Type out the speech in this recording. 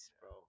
bro